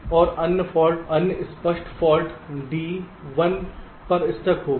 और अन्य स्पष्ट फाल्ट D 1 पर स्टक होगी